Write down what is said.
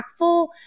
impactful